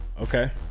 okay